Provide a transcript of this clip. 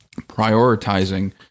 prioritizing